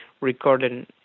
recording